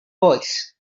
voice